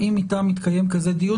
האם איתם התקיים כזה דיון?